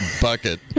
bucket